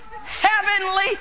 heavenly